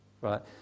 right